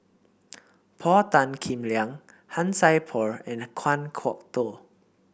Paul Tan Kim Liang Han Sai Por and Kan Kwok Toh